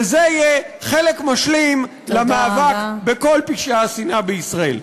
וזה יהיה חלק משלים למאבק בכל פשעי השנאה בישראל?